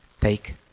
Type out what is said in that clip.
Take